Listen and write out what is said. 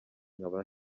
nkaba